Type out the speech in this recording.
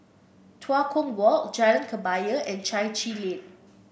Tua Kong Walk Jalan Kebaya and Chai Chee Lane